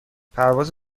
پرواز